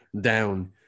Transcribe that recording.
down